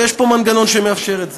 ויש פה מנגנון שמאפשר את זה.